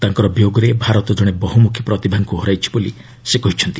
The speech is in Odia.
ତାଙ୍କର ବିୟୋଗରେ ଭାରତ ଜଣେ ବହୁମୁଖୀ ପ୍ରତିଭାଙ୍କୁ ହରାଇଛି ବୋଲି ସେ କହିଛନ୍ତି